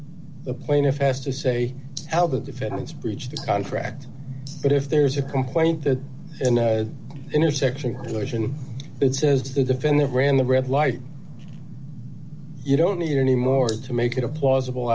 the plaintiff has to say how the defendants breached the contract but if there's a complaint that intersection of action it says the defendant ran the red light you don't need any more to make it a plausible